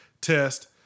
test